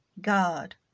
God